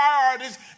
priorities